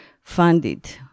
funded